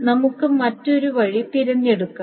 നമുക്ക് മറ്റൊരു വഴി തിരഞ്ഞെടുക്കാം